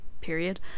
period